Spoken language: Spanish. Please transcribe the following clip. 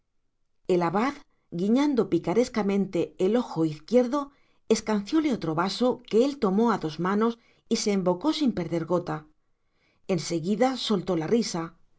el abad guiñando picarescamente el ojo izquierdo escancióle otro vaso que él tomó a dos manos y se embocó sin perder gota en seguida soltó la risa